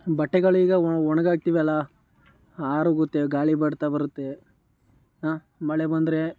ಬಟ್ಟೆಗಳೀಗ ಒಣಗಾಕ್ತೀವಲ್ಲ ಆರೋಗುತ್ತೆ ಗಾಳಿ ಬರ್ತಾ ಬರುತ್ತೆ ಮಳೆ ಬಂದರೆ